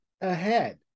ahead